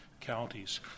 counties